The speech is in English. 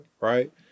right